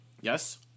Yes